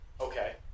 okay